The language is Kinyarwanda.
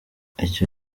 icyo